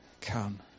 Come